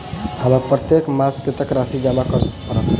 हमरा प्रत्येक मास कत्तेक राशि जमा करऽ पड़त?